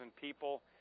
people